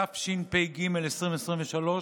התשפ"ג 2023,